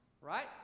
Right